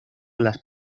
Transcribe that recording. las